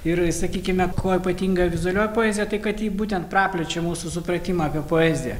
ir sakykime kuo ypatinga vizualioji poezija tai kad ji būtent praplečia mūsų supratimą apie poeziją